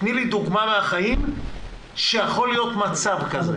תני לי דוגמה מהחיים שיכול להיות מצב כזה,